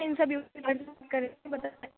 ان سب